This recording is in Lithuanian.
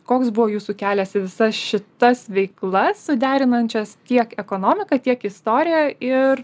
koks buvo jūsų kelias į visas šitas veiklas suderinančias tiek ekonomiką tiek istoriją ir